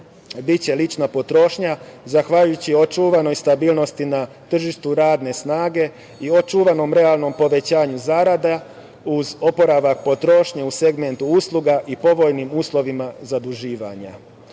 biće lična potrošnja, zahvaljujući očuvanoj stabilnosti na tržištu radne snage i očuvanom realnom povećanju zarada, uz oporavak potrošnje u segmentu usluga i povoljnim uslovima zaduživanja.U